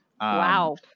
wow